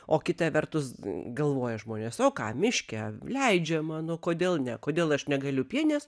o kita vertus galvoja žmonės o ką miške leidžiama na kodėl ne kodėl aš negaliu pienes